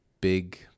big